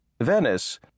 Venice